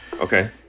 Okay